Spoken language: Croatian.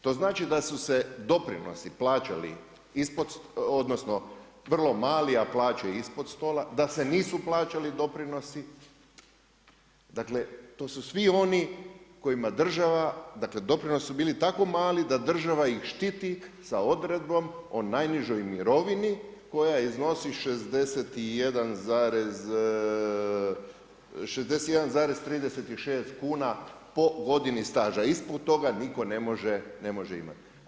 To znači da su se doprinosi plaćali ispod, odnosno vrlo mali a plaće ispod stola, da se nisu plaćali doprinosi, dakle to su svi oni kojima država, dakle doprinosi su bili tako mali da država ih štiti sa odredbom o najnižoj mirovini koja iznosi 61,36 kuna po godini staža, ispod toga nitko ne može imati.